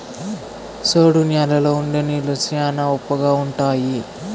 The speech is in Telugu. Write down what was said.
సౌడు న్యాలల్లో ఉండే నీళ్లు శ్యానా ఉప్పగా ఉంటాయి